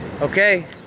okay